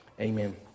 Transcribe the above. Amen